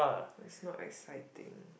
is not exciting